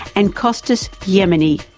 and kostas gemenis,